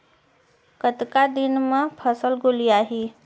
कतका दिन म फसल गोलियाही?